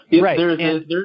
Right